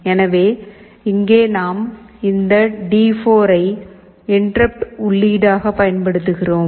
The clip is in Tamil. எனவே இங்கே நாம் இந்த டி4 ஐ இன்டெர்ருப்ட் உள்ளீடாக பயன்படுத்துகிறோம்